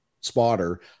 spotter